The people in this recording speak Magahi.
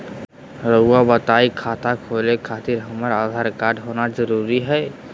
रउआ बताई खाता खोले खातिर हमरा आधार कार्ड होना जरूरी है?